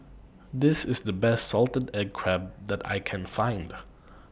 This IS The Best Salted Egg Crab that I Can Find